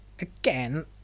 again